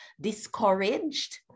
discouraged